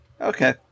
Okay